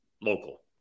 local